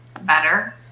better